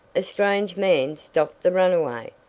a strange man stopped the runaway.